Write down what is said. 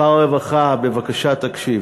שר הרווחה, בבקשה תקשיב.